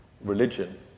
religion